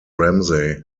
ramsey